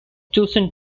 chosen